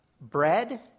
bread